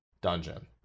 dungeon